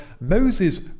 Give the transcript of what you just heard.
Moses